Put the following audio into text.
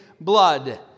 blood